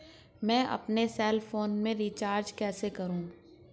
मैं अपने cell phone में रिचार्ज कैसे करूँ?